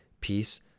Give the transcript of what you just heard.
peace